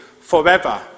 forever